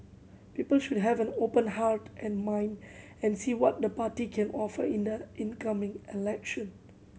people should have an open heart and mind and see what the party can offer in the in coming election